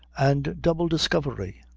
and double discovery.